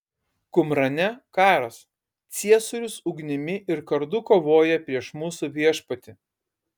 kumrane karas ciesorius ugnimi ir kardu kovoja prieš mūsų viešpatį